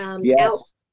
Yes